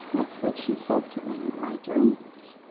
that's what she said to me in my dreams.